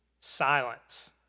Silence